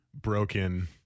broken